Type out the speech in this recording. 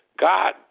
God